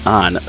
on